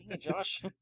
Josh